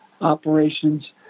operations